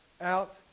out